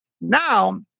now